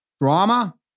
drama